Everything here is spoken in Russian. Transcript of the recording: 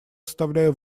оставляю